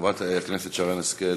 חברת הכנסת שרן השכל